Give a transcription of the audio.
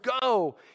go